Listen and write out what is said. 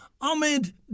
Ahmed